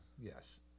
yes